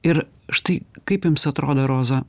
ir štai kaip jums atrodo roza